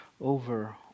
over